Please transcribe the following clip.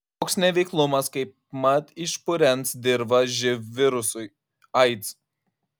toks neveiklumas kaipmat išpurens dirvą živ virusui aids